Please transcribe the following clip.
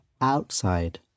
outside